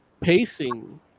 pacing